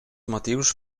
motius